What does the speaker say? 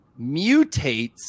mutates